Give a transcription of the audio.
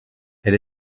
elle